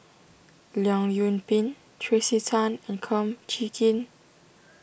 Leong Yoon Pin Tracey Tan and Kum Chee Kin